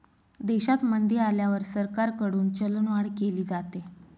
देशात मंदी आल्यावर सरकारकडून चलनवाढ केली जाते